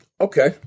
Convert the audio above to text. Okay